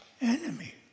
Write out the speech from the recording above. enemy